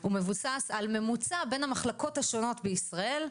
הוא מבוסס על ממוצע בין המחלקות השונות בישראל.